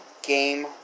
Game